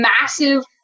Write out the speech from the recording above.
massive